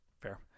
Fair